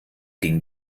ging